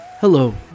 Hello